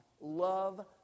Love